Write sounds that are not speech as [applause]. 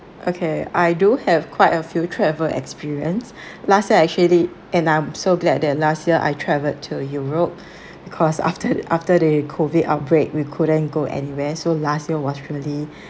okay I do have quite a few travel experience [breath] last year actually and I'm so glad at last year I traveled to europe [breath] because after after the COVID outbreak we couldn't go anywhere so last year was really